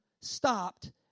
stopped